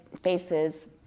faces